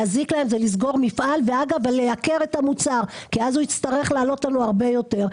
להזיק להם זה לסגור את המפעל ואז המוצר יעלה הרבה יותר.